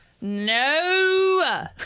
No